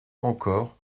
encore